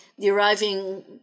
deriving